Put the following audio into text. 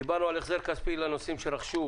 דיברנו על החזר כספי לנוסעים שרכשו